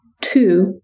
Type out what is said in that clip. two